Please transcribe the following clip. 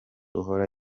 uhora